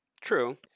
True